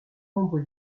nombre